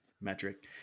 metric